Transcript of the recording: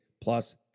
plus